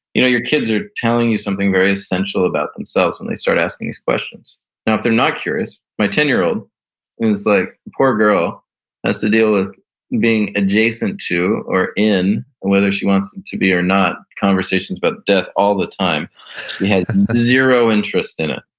you know your kids are telling you something very essential about themselves when they start asking these questions now if they're not curious, my ten year old is like, poor girl has to deal being adjacent to or in, whether she wants to be or not, conversations about but death all the time. she has zero interest in it.